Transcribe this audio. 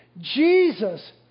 Jesus